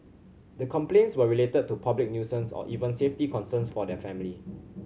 the complaints were related to public nuisance or even safety concerns for their family